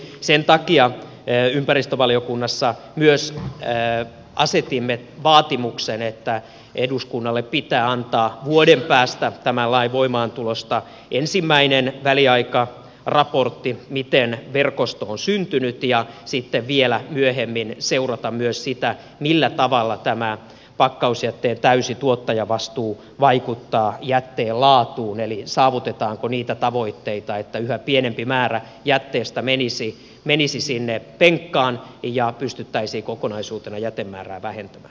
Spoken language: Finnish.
sen takia ympäristövaliokunnassa asetimme vaatimuksen että eduskunnalle pitää antaa vuoden päästä tämän lain voimaantulosta ensimmäinen väliaikaraportti miten verkosto on syntynyt ja sitten vielä myöhemmin pitää seurata myös sitä millä tavalla tämä pakkausjätteen täysi tuottajavastuu vaikuttaa jätteen laatuun eli saavutetaanko niitä tavoitteita että yhä pienempi määrä jätteestä menisi sinne penkkaan ja pystyttäisiin kokonaisuutena jätemäärää vähentämään